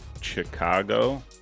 Chicago